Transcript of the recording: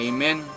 Amen